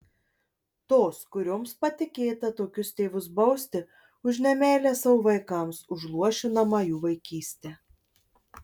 tos kurioms patikėta tokius tėvus bausti už nemeilę savo vaikams už luošinamą jų vaikystę